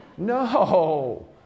No